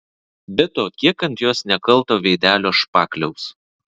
be to kiek ant jos nekalto veidelio špakliaus